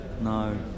no